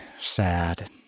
sad